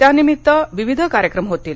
त्यानिमित्तविविध कार्यक्रम होतील